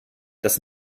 das